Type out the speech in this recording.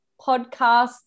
podcast